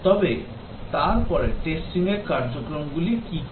তবে তারপরে টেস্টিং এর কার্যক্রম গুলি কি কি